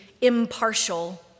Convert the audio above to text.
impartial